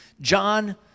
John